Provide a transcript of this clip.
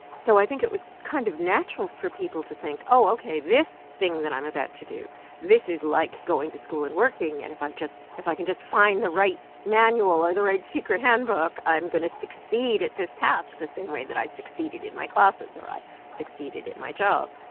so i think it was kind of natural for people to think, oh, ok, this thing that i'm about to do this is like going to school and working. and if i just if i can just find the right manual or the right secret handbook i'm going to succeed at this task the same way that i succeeded in my classes or i succeeded at my job.